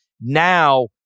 Now